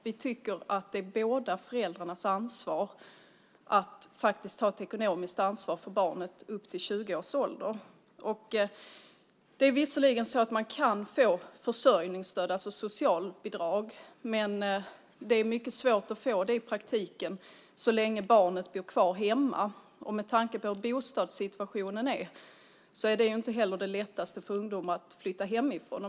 Vi tycker att det är båda föräldrarnas skyldighet att faktiskt ta ett ekonomiskt ansvar för barnet upp till 20 års ålder. Det går visserligen att få försörjningsstöd, alltså socialbidrag, men det är mycket svårt att få det i praktiken så länge barnet bor kvar hemma. Med tanke på bostadssituationen är det inte heller det lättaste för ungdomar att flytta hemifrån.